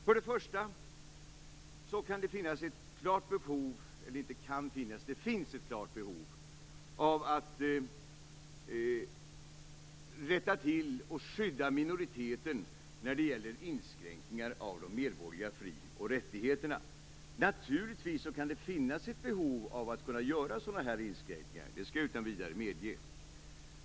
För det första finns ett klart behov av att rätta till och skydda minoriteten när det gäller inskränkningar av de medborgerliga fri och rättigheterna. Naturligtvis kan det finnas ett behov av att kunna göra sådana inskränkningar. Det skall jag utan vidare medge.